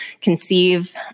conceive